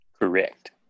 Correct